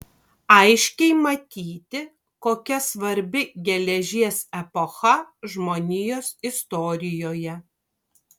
aiškiai matyti kokia svarbi geležies epocha žmonijos istorijoje